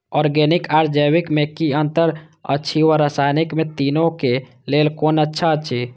Organic आर जैविक में कि अंतर अछि व रसायनिक में तीनो क लेल कोन अच्छा अछि?